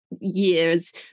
years